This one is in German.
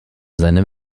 seinem